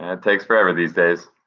it takes forever these days.